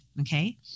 okay